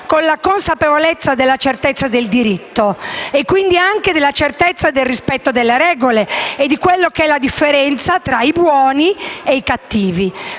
con la consapevolezza della certezza del diritto e quindi anche con la certezza del rispetto delle regole e con la differenza tra i buoni e i cattivi